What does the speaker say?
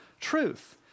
truth